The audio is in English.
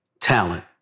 talent